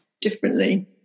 differently